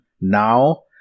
now